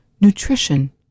nutrition